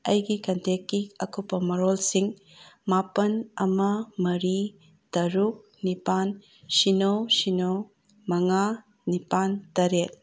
ꯑꯩꯒꯤ ꯀꯟꯇꯦꯛꯀꯤ ꯑꯀꯨꯞꯄ ꯃꯔꯣꯜꯁꯤꯡ ꯃꯥꯄꯜ ꯑꯃ ꯃꯔꯤ ꯇꯔꯨꯛ ꯅꯤꯄꯥꯜ ꯁꯤꯅꯣ ꯁꯤꯅꯣ ꯃꯉꯥ ꯅꯤꯄꯥꯜ ꯇꯔꯦꯠ